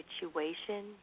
situation